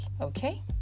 okay